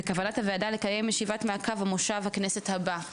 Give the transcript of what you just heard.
בכוונת הוועדה לקיים ישיבת מעקב במושב הכנסת הבא.